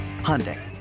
Hyundai